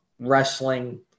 wrestling